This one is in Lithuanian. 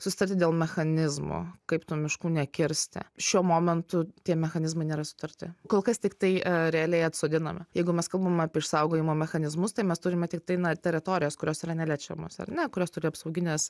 susitarti dėl mechanizmo kaip tų miškų nekirsti šiuo momentu tie mechanizmai nėra sutarti kol kas tiktai realiai atsodiname jeigu mes kalbame apie išsaugojimo mechanizmus tai mes turime tiktai na teritorijas kurios yra neliečiamos ar ne kurios turi apsaugines